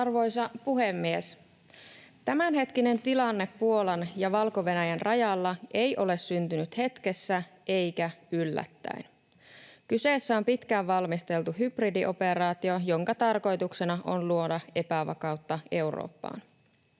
Arvoisa puhemies! Tämänhetkinen tilanne Puolan ja Valko-Venäjän rajalla ei ole syntynyt hetkessä eikä yllättäen. Kyseessä on pitkään valmisteltu hybridioperaatio, jonka tarkoituksena on luoda epävakautta Eurooppaan.